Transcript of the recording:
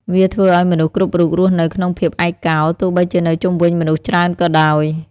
វាធ្វើឱ្យមនុស្សគ្រប់រូបរស់នៅក្នុងភាពឯកោ ទោះបីជានៅជុំវិញមនុស្សច្រើនក៏ដោយ។